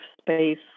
space